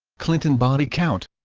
clinton body count